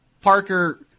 Parker